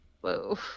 whoa